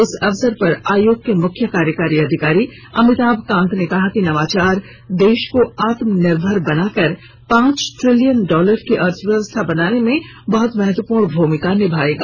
इस अवसर पर आयोग के मुख्य कार्यकारी अधिकारी अमिताभ कांत ने कहा कि नवाचार देश को आत्मयनिर्भर बनाकर पांच ट्रिलियन डॉलर की अर्थव्यवस्था बनाने में बहुत महत्वपूर्ण भूमिका निभायेगा